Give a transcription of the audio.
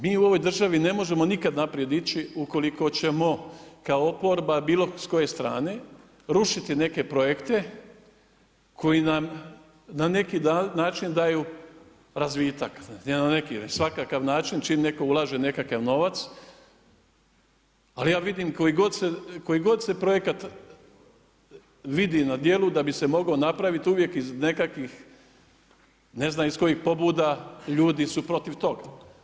Mi u ovoj državi ne možemo nikad naprijed ići ukoliko ćemo kao oporba s bilo koje strane rušiti neke projekte koji nam na neki način daju razvitak, ne na neki nego na svakakav način čim netko ulaže nekakav novac ali ja vidim koji god se projekat vidi na djelu da bi se mogao napraviti, uvijek iz nekakvih ne znam iz kojih pobuda, ljudi su protiv toga.